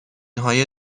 های